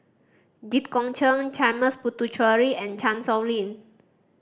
Jit Koon Ch'ng Puthucheary and Chan Sow Lin